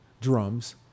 drums